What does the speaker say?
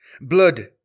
Blood